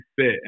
fit